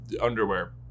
underwear